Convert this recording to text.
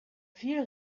viel